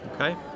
Okay